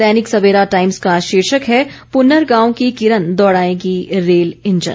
दैनिक Savera Times का शीर्षक है प्रन्नर गांव की किरण दौड़ाएगी रेल इंजन